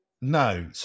No